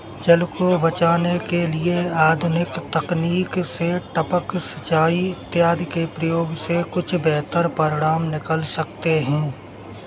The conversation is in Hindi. जल को बचाने के लिए आधुनिक तकनीक से टपक सिंचाई इत्यादि के प्रयोग से कुछ बेहतर परिणाम निकल सकते हैं